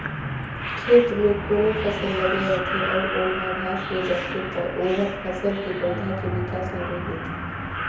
खेत में कोनो फसल लगाए रथे अउ ओमहा घास होय जाथे त ओहर फसल के पउधा के बिकास ल रोयक देथे